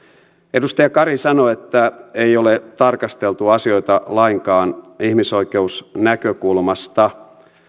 edustaja kari sanoi että ei ole tarkasteltu asioita lainkaan ihmisoikeusnäkökulmasta